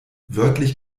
wörtlich